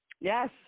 Yes